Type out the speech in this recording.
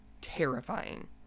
terrifying